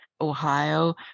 Ohio